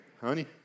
honey